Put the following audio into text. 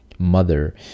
mother